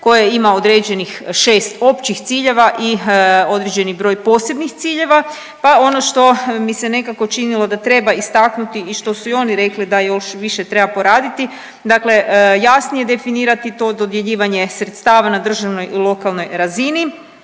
koje ima određenih 6 općih ciljeva i određeni broj posebnih ciljeva, pa ono što mi se nekako činilo da treba istaknuti i što su i oni rekli da još više treba poraditi, dakle jasnije definirati to dodjeljivanje sredstava na državnoj i lokalnoj razini,